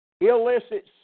illicit